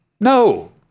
No